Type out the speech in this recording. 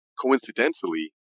coincidentally